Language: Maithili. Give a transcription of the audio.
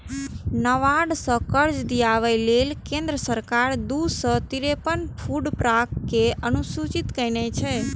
नाबार्ड सं कर्ज दियाबै लेल केंद्र सरकार दू सय तिरेपन फूड पार्क कें अधुसूचित केने छै